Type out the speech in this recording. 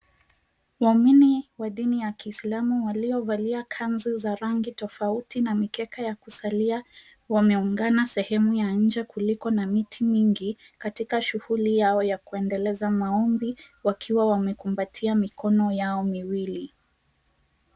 Waumini wa dini ya kiislamu waliovalia kanzu za rangi tofauti na mikeka ya kusalia, wameungana sehemu ya nje kuliko na miti mingi katika shughuli yao ya kuendeleza maombi wakiwa wamekumbatia mikono yao miwili.